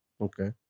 Okay